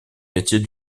métiers